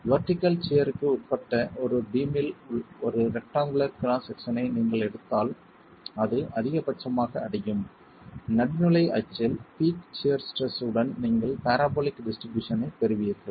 vertical சியர்க்கு உட்பட்ட ஒரு பீமில் ஒரு ரெக்ட்டாங்குளர் கிராஸ் செக்சனை நீங்கள் எடுத்தால் அது அதிகபட்சமாக அடையும் நடுநிலை அச்சில் பீக் சியர் ஸ்ட்ரெஸ் உடன் நீங்கள் பராபோலிக் டிஸ்ட்ரிபியூஷன் ஐப் பெறுவீர்கள்